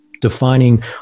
defining